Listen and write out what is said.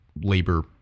labor